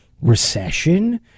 recession